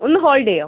ഒന്ന് ഹോൾഡ് ചെയ്യുമോ